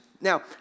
Now